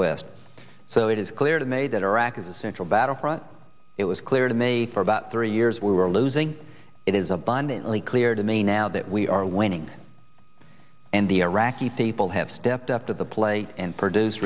west so it is clear to me that iraq is a central battlefront it was clear to me for about three years we were losing it is abundantly clear to me now that we are winning and the iraqi people have stepped up to the plate and produce